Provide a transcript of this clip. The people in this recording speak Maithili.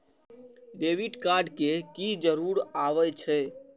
डेबिट कार्ड के की जरूर आवे छै?